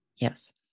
Yes